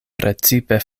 precipe